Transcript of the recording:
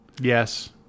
Yes